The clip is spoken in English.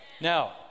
Now